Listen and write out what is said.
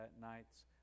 nights